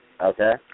Okay